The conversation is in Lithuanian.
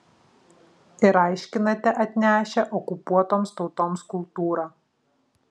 ir aiškinate atnešę okupuotoms tautoms kultūrą